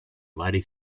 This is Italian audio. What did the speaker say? vari